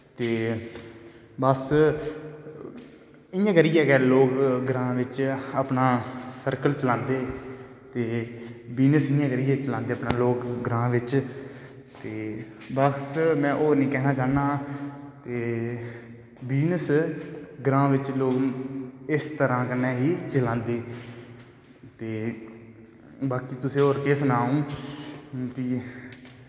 ते बस इयां करियै गै लोग ग्रांऽ बिच्च अपनां सर्कल चलांदे ते बिजनस इयां करियै चलांदे लोग अपनां ग्रां बिच्च ते बस में होर नी कैह्नां चाह्नां ते बिजनस ग्रां बिच्च लोग इक तरां कन्नै ही चलांदे ते बाकी तुसें होर केह् सनां कि